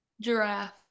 Giraffe